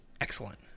excellent